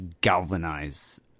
galvanize